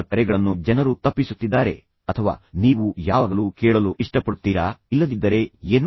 ಅವರ ಕರೆಗಳನ್ನು ಜನರು ತಪ್ಪಿಸುತ್ತಿದ್ದಾರೆ ಅಥವಾ ನೀವು ಯಾವಾಗಲೂ ಕೇಳಲು ಇಷ್ಟಪಡುತ್ತೀರಾ ಇಲ್ಲದಿದ್ದರೆ ಏನು